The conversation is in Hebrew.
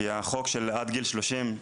כי החוק של עד גיל 30,